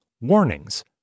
Warnings